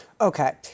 Okay